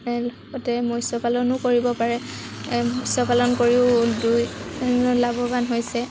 লগতে মৎস পালনো কৰিব পাৰে মৎস্য পালন কৰিও দুই লাভৱান হৈছে